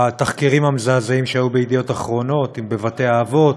התחקירים המזעזעים שהיו ב"ידיעות אחרונות" עם בתי-האבות,